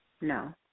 No